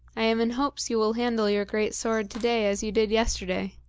i am in hopes you will handle your great sword to-day as you did yesterday.